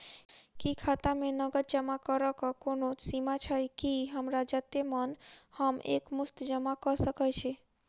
की खाता मे नगद जमा करऽ कऽ कोनो सीमा छई, की हमरा जत्ते मन हम एक मुस्त जमा कऽ सकय छी?